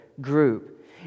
group